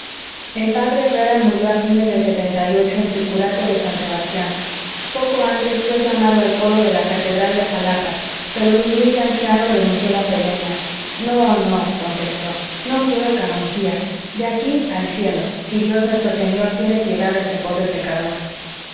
el p herrera murió a fines del en su curato de san sebastián poco antes fué llamado al coro de la catedral de jalapa pero el humilde anciano renunció la prebenda no no contestó no quiero canongías de aquí al cielo si dios nuestro señor tiene piedad de este pobre pecador